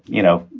you know,